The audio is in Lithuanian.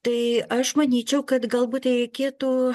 tai aš manyčiau kad galbūt reikėtų